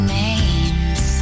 names